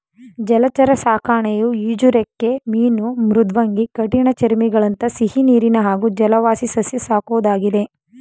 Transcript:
ಜಲಚರ ಸಾಕಣೆಯು ಈಜುರೆಕ್ಕೆ ಮೀನು ಮೃದ್ವಂಗಿ ಕಠಿಣಚರ್ಮಿಗಳಂಥ ಸಿಹಿನೀರಿನ ಹಾಗೂ ಜಲವಾಸಿಸಸ್ಯ ಸಾಕೋದಾಗಿದೆ